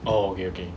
oh okay okay